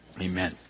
Amen